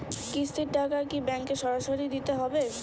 কিস্তির টাকা কি ব্যাঙ্কে সরাসরি দিতে হবে?